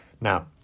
Now